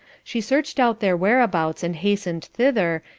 she searched out their whereabouts and hastened thither,